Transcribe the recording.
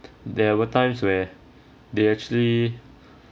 there were times where they actually